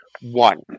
One